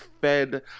fed